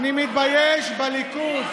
אני מתבייש בליכוד